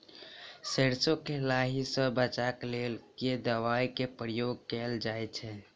सैरसो केँ लाही सऽ बचाब केँ लेल केँ दवाई केँ प्रयोग कैल जाएँ छैय?